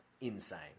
insane